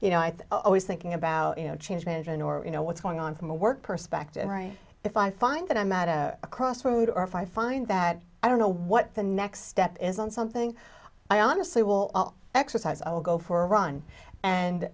you know i think always thinking about you know change management or you know what's going on from a work perspective right if i find that i'm at a crossroad or if i find that i don't know what the next step is and something i honestly will exercise i'll go for a run and